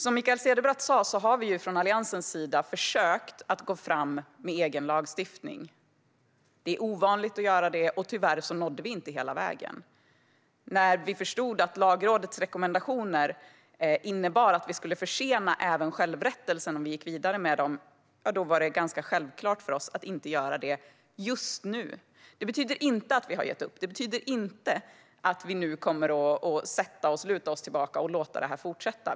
Som Mikael Cederbratt sa har vi i Alliansen försökt att gå fram med egen lagstiftning. Det är ovanligt att göra så, och tyvärr nådde vi inte hela vägen. När vi förstod att Lagrådets rekommendationer innebar att även självrättelsen skulle försenas om vi gick vidare med det här var det självklart för oss att inte göra det just nu. Detta betyder inte att vi har gett upp eller att vi nu kommer att luta oss tillbaka och låta det här fortsätta.